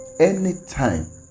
anytime